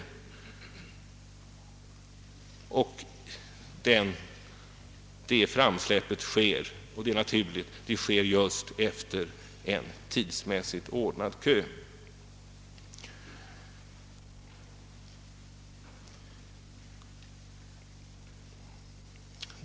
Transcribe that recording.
Detta framsläpp sker — och det är naturligt — just efter en tidsmässigt ordnad kö.